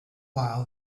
while